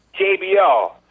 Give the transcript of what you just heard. JBL